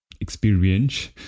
experience